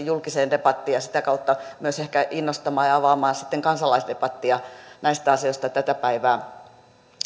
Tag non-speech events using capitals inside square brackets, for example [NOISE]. [UNINTELLIGIBLE] julkiseen debattiin ja sitä kautta myös ehkä innostamaan ja avaamaan kansalaisdebattia näistä asioista tätä päivää